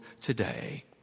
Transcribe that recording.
today